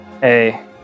Hey